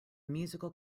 musical